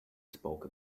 spoke